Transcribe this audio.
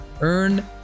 Earn